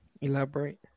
Elaborate